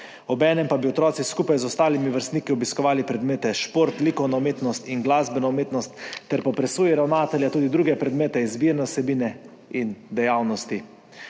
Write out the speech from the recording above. obenem pa bi otroci skupaj z ostalimi vrstniki obiskovali predmete: šport, likovno umetnost in glasbeno umetnost ter po presoji ravnatelja tudi druge predmete, izbirne vsebine in dejavnosti.